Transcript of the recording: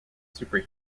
super